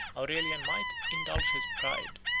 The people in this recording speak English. aurelian might indulge his pride,